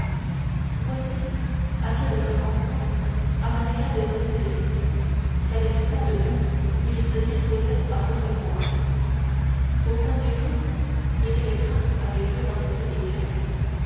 voici à quelle circonstance andrea devait cette visite qu'avec tant de peine il se disposait à recevoir au point du jour les télégraphes avaient joué dans toutes les directions